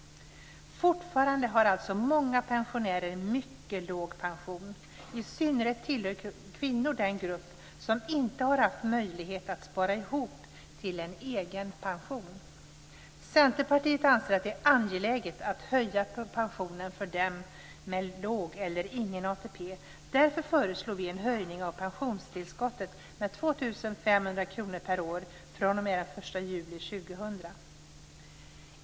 Fortfarande har alltså många pensionärer mycket låg pension. I synnerhet tillhör kvinnor den grupp som inte har haft möjlighet att spara ihop till en egen pension. Centerpartiet anser att det är angeläget att höja pensionen för dem med låg eller ingen ATP. Därför föreslår vi en höjning av pensionstillskottet med 2 500 kr per år fr.o.m. den 1 juli år 2000.